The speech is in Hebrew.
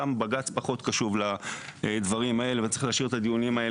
אני מבקש לנצל את הימים הקרובים כדי שלישיבה